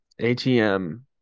ATM